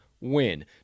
win